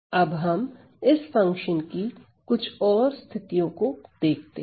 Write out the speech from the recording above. अब हम इस फंक्शन की कुछ विशेष स्थितियों को देखते हैं